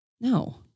No